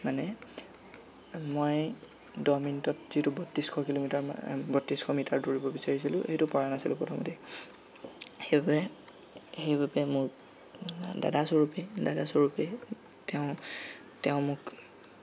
মানে মই দহ মিনিটত যিটো বত্ৰিছশ কিলোমিটাৰ বত্ৰিছশ মিটাৰ দৌৰিব বিচাৰিছিলোঁ সেইটো পৰা নাছিলোঁ প্ৰথমতে সেইবাবে সেইবাবে মোৰ দাদাস্বৰূপে দাদাস্বৰূপে তেওঁ তেওঁ মোক